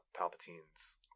Palpatine's